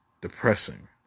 depressing